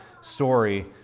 story